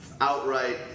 outright